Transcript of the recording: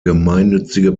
gemeinnützige